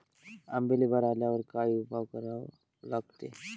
आंब्याले बार आल्यावर काय उपाव करा लागते?